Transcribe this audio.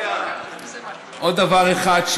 עוד דבר אחד,